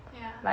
ya